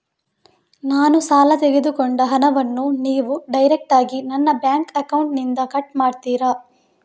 ನಾನು ಸಾಲ ತೆಗೆದುಕೊಂಡ ಹಣವನ್ನು ನೀವು ಡೈರೆಕ್ಟಾಗಿ ನನ್ನ ಬ್ಯಾಂಕ್ ಅಕೌಂಟ್ ಇಂದ ಕಟ್ ಮಾಡ್ತೀರಾ?